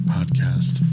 Podcast